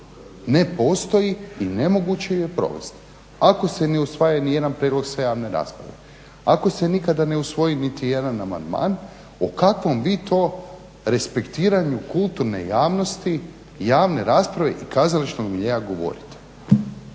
ne postoji i nemoguće ju je provesti. Ako se ne usvaja nijedan prijedlog sa javne rasprave, ako se nikada ne usvoji niti jedan amandman, o kakvom vi to respektiranju kulturne javnosti i javne rasprave i kazališnog miljea govorite